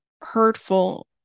hurtful